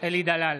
אלי דלל,